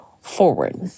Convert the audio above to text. forward